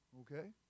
Okay